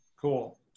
Cool